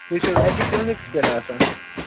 یہِ چھِ حظ اَتی کٕلنِکَس پٮ۪ٹھ آسان